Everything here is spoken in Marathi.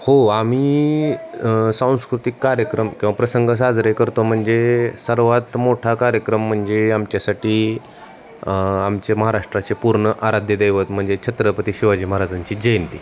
हो आम्ही सांस्कृतिक कार्यक्रम किंवा प्रसंग साजरे करतो म्हणजे सर्वात मोठा कार्यक्रम म्हणजे आमच्यासाठी आमचे महाराष्ट्राचे पूर्ण आराध्यदैवत म्हणजे छत्रपती शिवाजी महाराजांची जयंती